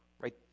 Right